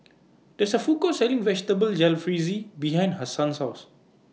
There IS A Food Court Selling Vegetable Jalfrezi behind Hassan's House